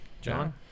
John